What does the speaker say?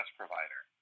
provider